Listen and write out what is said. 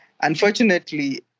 Unfortunately